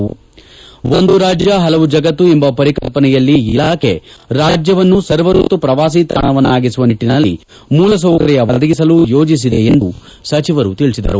ಒಂದು ರಾಜ್ಯ ಹಲವು ಜಗತ್ತು ಎಂಬ ಪರಿಕಲ್ಪನೆಯಲ್ಲಿ ಇಲಾಖೆಯು ರಾಜ್ಯವನ್ನು ಸರ್ವಾಯತು ಪ್ರವಾಸಿ ತಾಣವನ್ನಾಗಿಸುವ ನಿಟ್ಟನಲ್ಲಿ ಮೂಲಸೌಕರ್ಯ ಒದಗಿಸಲು ಯೋಜಿಸಿದೆ ಎಂದು ಸಚಿವರು ತಿಳಿಸಿದರು